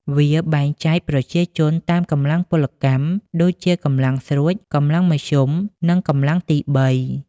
វាបែងចែកប្រជាជនតាមកម្លាំងពលកម្ម ដូចជាកម្លាំងស្រួច កម្លាំងមធ្យម និងកម្លាំងទី៣។